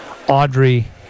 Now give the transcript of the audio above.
Audrey